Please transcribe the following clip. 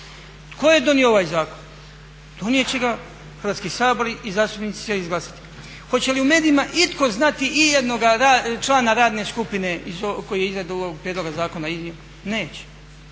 Tko je donio ovaj zakon? Donijet će ga Hrvatski sabor i zastupnici će izglasati. Hoće li u medijima itko znati ijednog člana radne skupine koji je izradu ovog prijedloga zakona iznio? Neće.